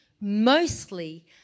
mostly